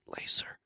Laser